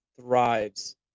thrives